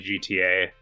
GTA